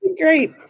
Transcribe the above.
Great